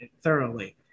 thoroughly